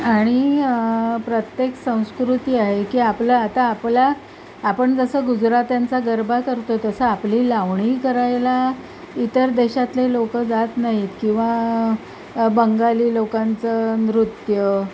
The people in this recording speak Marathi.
आणि प्रत्येक संस्कृती आहे की आपलं आता आपल्या आपण जसं गुजरात्यांचा गरबा करतो तसं आपली लावणी करायला इतर देशातले लोकं जात नाहीत किंवा बंगाली लोकांचं नृत्य